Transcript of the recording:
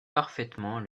parfaitement